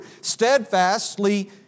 steadfastly